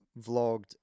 vlogged